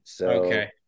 Okay